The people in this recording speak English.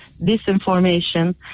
disinformation